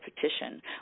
petition